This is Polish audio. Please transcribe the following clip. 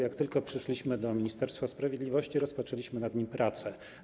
Jak tylko przyszliśmy do Ministerstwa Sprawiedliwości, rozpoczęliśmy nad nim pracę.